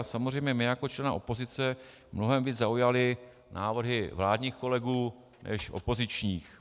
Samozřejmě mě jako člena opozice mnohem víc zaujaly návrhy vládních kolegů než opozičních.